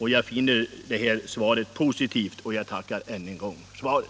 Herr talman! Jag tackar än en gång för svaret.